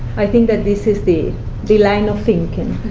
i think that this is the the line of thinking,